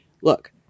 look